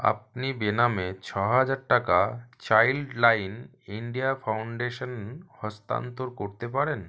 আপনি বেনামে ছহাজার টাকা চাইল্ডলাইন ইন্ডিয়া ফাউন্ডেশন হস্তান্তর করতে পারেন